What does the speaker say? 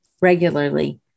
regularly